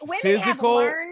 physical